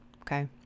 Okay